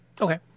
Okay